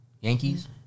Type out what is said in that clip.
Yankees